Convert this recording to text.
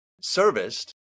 serviced